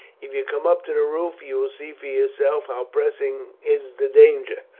if you come up to the roof you will see for yourself how pressing is the danger.